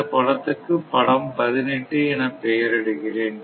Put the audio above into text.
இந்தப் படத்துக்கு படம் 18 என பெயர் இடுகிறேன்